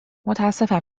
متاسفم